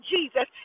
Jesus